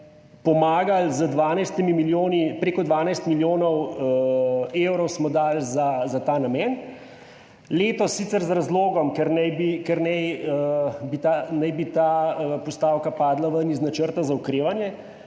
milijoni, preko 12 milijonov evrov smo dali za ta namen, letos sicer z razlogom, ker naj bi ta postavka padla ven iz načrta za okrevanje,